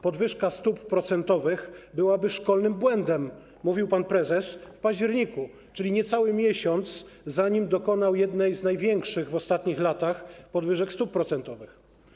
Podwyżka stóp procentowych byłaby szkolnym błędem - mówił pan prezes w październiku, czyli niecały miesiąc przedtem, zanim dokonał jednej z największych w ostatnich latach podwyżek stóp procentowych.